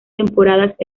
temporadas